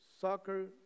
soccer